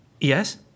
Yes